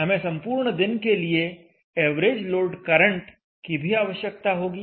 हमें संपूर्ण दिन के लिए एवरेज लोड करंट की भी आवश्यकता होगी